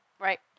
right